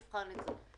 נבחן את זה".